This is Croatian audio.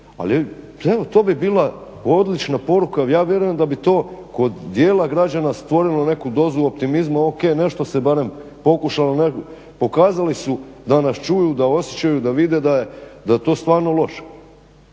evo, to bi bila odlična poruka, ja vjerujem da bi to kod dijela građana stvorilo neku dozu optimizma, ok, nešto se barem pokušalo, pokazali su da nas čuju, da osjećaju, da vide da je to stvarno loše.